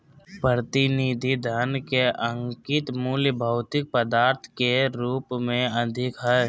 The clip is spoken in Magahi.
प्रतिनिधि धन के अंकित मूल्य भौतिक पदार्थ के रूप में अधिक हइ